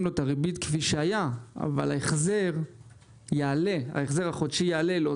לו את הריבית כפי שהיה אבל ההחזר החודשי יעלה לו,